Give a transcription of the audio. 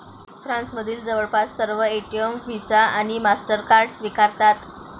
फ्रान्समधील जवळपास सर्व एटीएम व्हिसा आणि मास्टरकार्ड स्वीकारतात